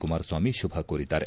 ಕುಮಾರಸ್ವಾಮಿ ಶುಭ ಕೋರಿದ್ದಾರೆ